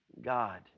God